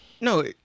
no